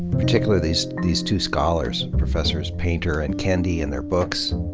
particularly these these two scholars, professors painter and kendi, and their books.